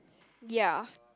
ya